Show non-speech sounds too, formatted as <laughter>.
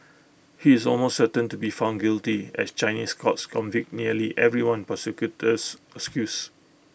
he is almost certain to be found guilty as Chinese courts convict nearly everyone prosecutors <unintelligible>